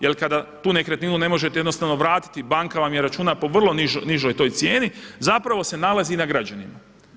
Jer kada tu nekretninu ne možete jednostavno vratiti, banka vam je računa po vrlo nižoj toj cijeni zapravo se nalazi na građanima.